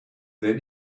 then